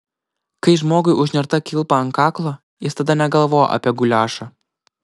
kai žmogui užnerta kilpa ant kaklo jis tada negalvoja apie guliašą